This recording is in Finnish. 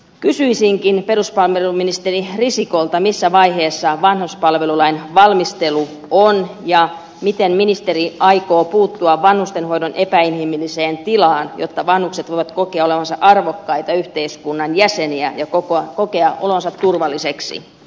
kysyisinkin peruspalveluministeri risikolta missä vaiheessa vanhuspalvelulain valmistelu on ja miten ministeri aikoo puuttua vanhustenhoidon epäinhimilliseen tilaan jotta vanhukset voivat kokea olevansa arvokkaita yhteiskunnan jäseniä ja kokea olonsa turvalliseksi